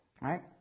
right